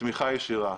בתמיכה ישירה.